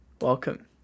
Welcome